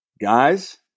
guys